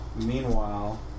Meanwhile